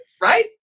right